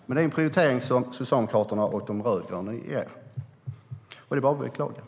Men det är en prioritering som Socialdemokraterna och de rödgröna gör, och det är bara att beklaga.